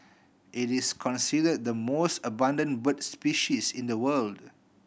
it is considered the most abundant bird species in the world